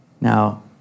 Now